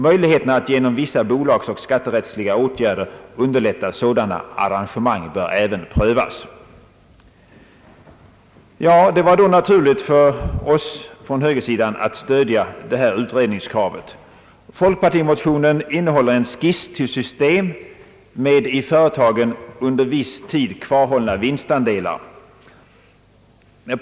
Möjligheterna att genom vissa bolagsoch skatterättsliga åtgärder underlätta sådana arrangemang bör även prövas.» Det var då naturligt för oss från högersidan att stödja utredningskravet, Folkpartimotionen innehåller en skiss till system med i företagen under viss tid kvarhållna vinstandelar.